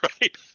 right